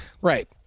Right